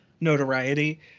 notoriety